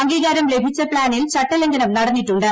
അംഗീകാരം ലഭിച്ച പ്താനിൽ ചട്ടലംഘനം നടന്നിട്ടുണ്ട്